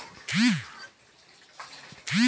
रामप्रसाद किस चीज का काला बाज़ारी कर रहा था